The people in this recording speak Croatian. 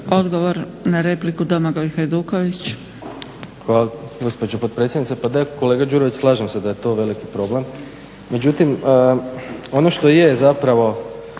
**Hajduković, Domagoj (SDP)** Hvala gospođo potpredsjednice. Pa kolega Đurović slažem se da je to veliki problem, međutim ono što je zapravo